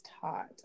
taught